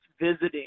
visiting